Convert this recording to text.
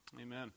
Amen